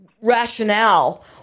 rationale